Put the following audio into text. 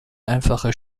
einfache